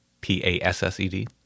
P-A-S-S-E-D